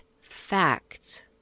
facts